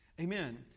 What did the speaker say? Amen